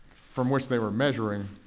from which they were measuring